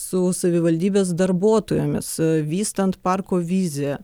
su savivaldybės darbuotojomis vystant parko viziją